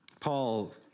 Paul